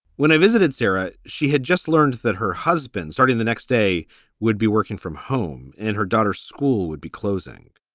when i visited sarah, she had just learned that her husband, starting the next day would be working from home in her daughter's school, would be closing.